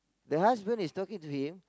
the husband is talking to him